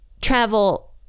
travel